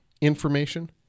Information